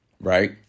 Right